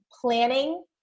planning